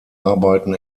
arbeiten